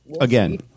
Again